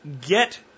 get